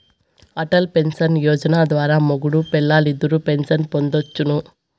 Atal pension Yojana ద్వారా మొగుడూ పెల్లాలిద్దరూ పెన్సన్ పొందొచ్చును